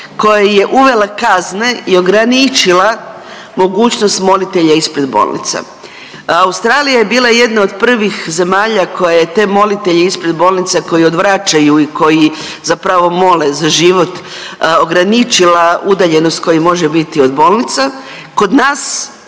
koja je uvela kazne i ograničila molitelje ispred bolnica. Australija je bila jedna od prvih zemalja koja je te molitelje ispred bolnica koji odvraćaju i koji zapravo mole za život ograničila udaljenost koja može biti od bolnica.